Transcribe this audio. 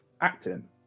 acting